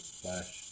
flash